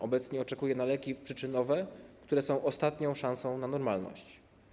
Obecnie oczekuje na leki przyczynowe, które są dla niej ostatnią szansą na normalność.